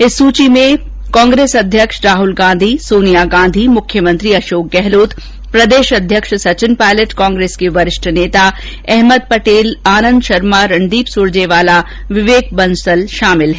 इस सुची में कांग्रेस अध्यक्ष राहुल गांधी सोनिया गांधी मुख्यमंत्री अशोक गहलोत प्रदेश अध्यक्ष सचिन पायलट कांग्रेस के वरिष्ठ नेता अहमद पटेल आनंद शर्मा रणदीप सुरजेवाला विवेक बंसल शामिल हैं